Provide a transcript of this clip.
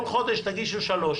כל חודש תגישו שלוש